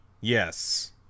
Yes